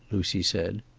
lucy said.